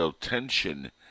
tension